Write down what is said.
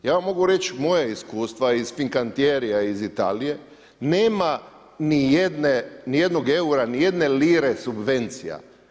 Ja vam mogu reći moja iskustva iz pikanterija iz Italije, nema ni jednog eura, ni jedne lire subvencija.